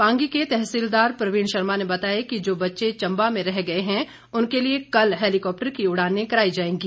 पांगी के तहसीलदार प्रवीण शर्मा ने बताया कि जो बच्चे चंबा में रह गये हैं उनके लिए कल हैलीकॉप्टर की उड़ाने कराई जाएंगी